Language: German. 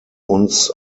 uns